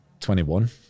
21